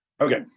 Okay